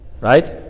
Right